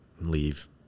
leave